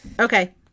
okay